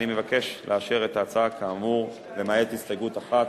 אני מבקש לאשר את ההצעה כאמור, למעט הסתייגות אחת,